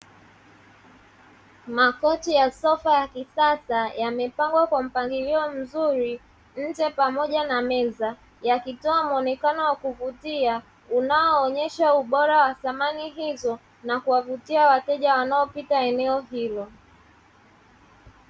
Makochi ya sofa ya kisasa yamepangwa kwa mpangilio mzuri nje pamoja na meza, yakitoa muonekano wa kuvutia unaoonyesha ubora wa samani hizo na kuwavutia wateja wanaopita eneo hilo.